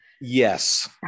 Yes